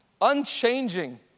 unchanging